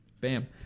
Bam